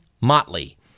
Motley